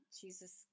Jesus